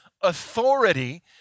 authority